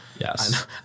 Yes